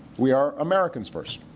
we are americans first.